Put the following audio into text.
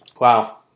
Wow